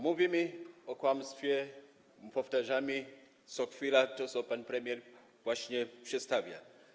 Mówimy o kłamstwie, powtarzamy co chwila to, co pan premier właśnie przedstawia.